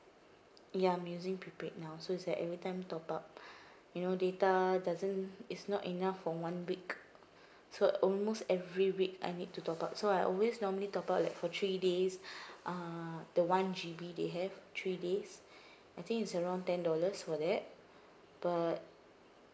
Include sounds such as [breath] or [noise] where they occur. ya I'm using prepaid now so it's that every time top up [breath] you know data doesn't it's not enough for one week so almost every week I need to top up so I always normally top up it for three days [breath] ah the one G_B they have three days [breath] I think it's around ten dollars for that but